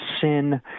sin